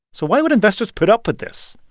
so why would investors put up with this?